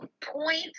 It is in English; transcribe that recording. point